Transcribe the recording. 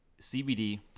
CBD